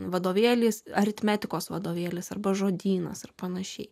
vadovėlis aritmetikos vadovėlis arba žodynas ir pan